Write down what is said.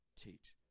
teach